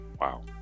wow